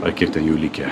ar kiek ten jų likę